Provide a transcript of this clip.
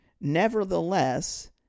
Nevertheless